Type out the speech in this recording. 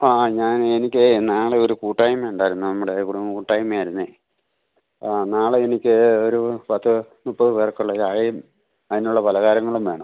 അ ആ ഞാന് എനിക്ക് നാളെ ഒരു കൂട്ടായ്മ ഉണ്ടായിരുന്നു നമ്മുടെ കുടുംബകൂട്ടായ്മയായിരുന്നു ആ നാളെ എനിക്ക് ഒരു പത്ത് മുപ്പത് പേര്ക്കുള്ള ചായയും അതിനുള്ള പലഹാരങ്ങളും വേണം